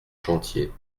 chantier